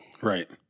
Right